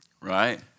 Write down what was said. Right